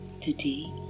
Today